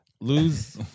lose